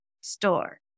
store